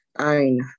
Ain